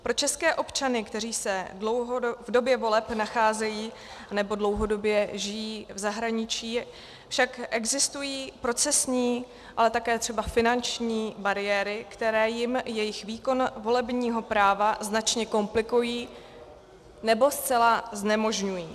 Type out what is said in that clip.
Pro české občany, kteří se v době voleb nacházejí nebo dlouhodobě žijí v zahraničí, však existují procesní, ale také třeba finanční bariéry, které jim jejich výkon volebního práva značně komplikují nebo zcela znemožňují.